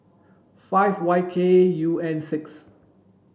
five Y K U N six